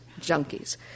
junkies